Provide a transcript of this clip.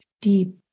deep